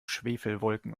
schwefelwolken